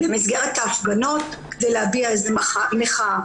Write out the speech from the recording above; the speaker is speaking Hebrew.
במסגרת ההפגנות כדי להביע איזו מחאה.